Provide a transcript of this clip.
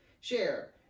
share